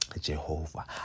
Jehovah